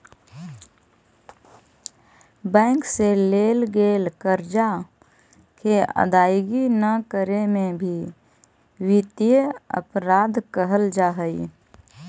bank से लेल गेल कर्जा के अदायगी न करे में भी वित्तीय अपराध कहल जा हई